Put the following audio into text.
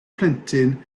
plentyn